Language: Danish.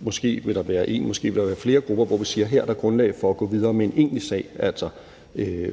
måske vil der være en eller flere grupper, hvor vi siger, at der her er grundlag for at gå videre med en egentlig sag og altså